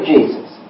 Jesus